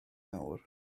nawr